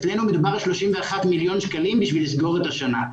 אצלנו מדובר על 31 מיליון שקלים בשביל לסגור את השנה.